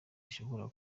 ishobora